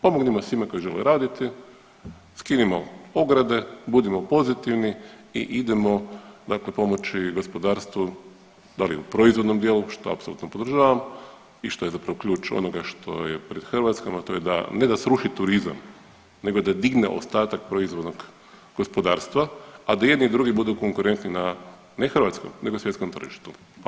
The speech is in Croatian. Pomognimo svima koji žele raditi, skinimo ograde, budimo pozitivni i idemo dakle pomoći gospodarstvu, da li u proizvodnom dijelu, što apsolutno podržavam i što je zapravo ključ onoga što je pred Hrvatskom, a to je da ne da sruši turizam nego da digne ostatak proizvodnog gospodarstva, a da i jedni i drugi budu konkurentni na, ne hrvatskom, nego svjetskom tržištu.